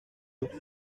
les